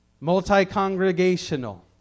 Multi-congregational